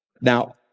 Now